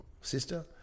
sister